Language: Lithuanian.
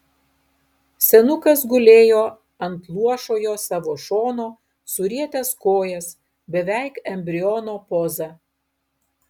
senukas gulėjo ant luošojo savo šono surietęs kojas beveik embriono poza